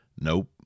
Nope